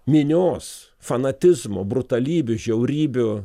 minios fanatizmo brutalybių žiaurybių